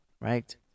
right